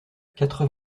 quatre